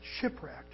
Shipwrecked